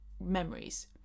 memories